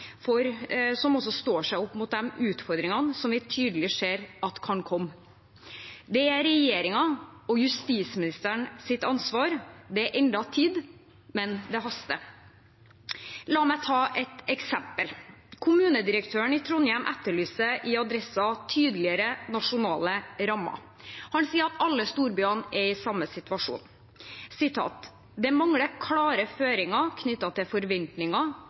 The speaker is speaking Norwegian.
som står seg mot de utfordringene som vi tydelig ser kan komme. Det er regjeringens og justisministerens ansvar. Det er ennå tid, men det haster. La meg ta et eksempel. Kommunedirektøren i Trondheim etterlyser i Adresseavisen tydeligere nasjonale rammer. Han sier at alle storbyene er i samme situasjon, og at «det mangler klare føringer knyttet til både forventninger,